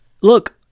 look